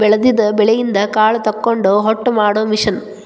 ಬೆಳದಿದ ಬೆಳಿಯಿಂದ ಕಾಳ ತಕ್ಕೊಂಡ ಹೊಟ್ಟ ಮಾಡು ಮಿಷನ್